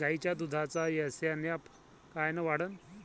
गायीच्या दुधाचा एस.एन.एफ कायनं वाढन?